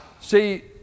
See